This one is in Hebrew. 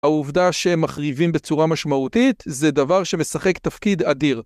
העובדה שמחריבים בצורה משמעותית זה דבר שמשחק תפקיד אדיר